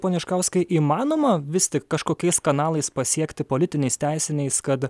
pone iškauskai įmanoma vis tik kažkokiais kanalais pasiekti politiniais teisiniais kad